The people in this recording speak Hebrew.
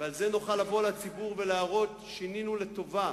ועם זה נוכל לבוא לציבור ולהראות: שינינו לטובה,